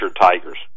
Tigers